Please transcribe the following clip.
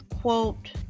quote